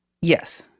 Yes